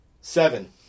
Seven